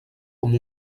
com